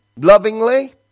lovingly